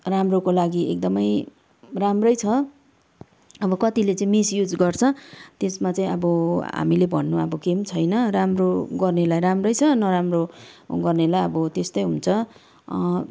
राम्रोको लागि एकदमै राम्रै छ अब कतिले चाहिँ मिसयुज गर्छ त्यसमा चाहिँ अब हामीले भन्नु अब केही पनि छैन राम्रो गर्नेलाई राम्रै छ नराम्रो गर्नेलाई अब त्यस्तै हुन्छ